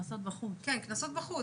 כן, קנסות בחוץ.